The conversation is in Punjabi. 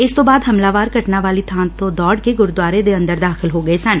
ਇਸ ਤੋਂ ਬਾਅਦ ਹਮਲਾਵਰ ਘਟਨਾ ਵਾਲੀ ਬਾਂ ਤੇ ਦੌੜ ਕੇ ਗੁਰੁਦੁਆਰੇ ਦੇ ਅੰਦਰ ਦਾਖਲ ਹੋ ਗਏ ਸਨ